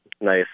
Nice